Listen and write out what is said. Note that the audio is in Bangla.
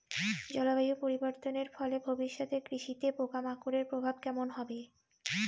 জলবায়ু পরিবর্তনের ফলে ভবিষ্যতে কৃষিতে পোকামাকড়ের প্রভাব কেমন হবে?